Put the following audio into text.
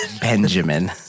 Benjamin